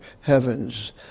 heavens